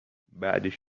بعدش